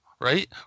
right